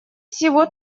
всего